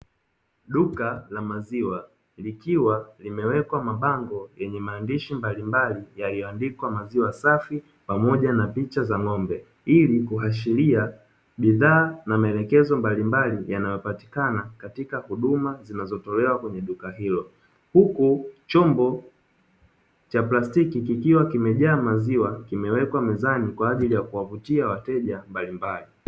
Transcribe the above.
Duka la maziwa likiwa limewekwa mabango yenye maandishi mbalimbali yaliyoandikwa "maziwa safi",pamoja na picha za ng’ombe, ili kuashiria bidhaa na maelekezo mbalimbali yanayopatikana katika huduma zinazotolewa kwenye duka hilo, huku chombo cha plastiki kikiwa kimejaa maziwa kimewekwa mezani kwa ajili ya kuwavutia wateja mbalimbali.